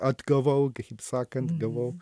atgavau kaip sakant gavau